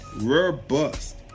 robust